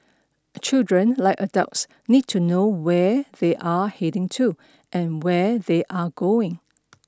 children like adults need to know where they are heading to and where they are going